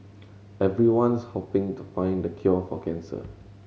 everyone's hoping to find the cure for cancer